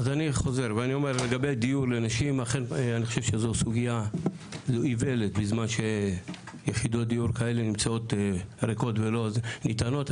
חושב שזו איוולת בזמן שיחידות דיור כאלה נמצאות ריקות ולא ניתנות.